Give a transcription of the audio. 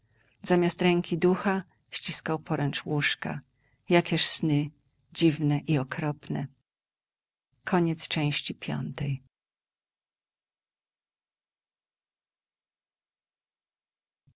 zamiast ręki ducha ściskał poręcz łóżka jakież sny dziwne i okropne